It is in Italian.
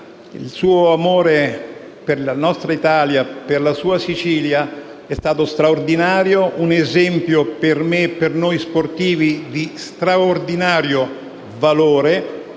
Il suo amore per la nostra Italia e per la sua Sicilia è stato straordinario; un esempio per me e per noi sportivi di straordinario valore,